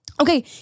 Okay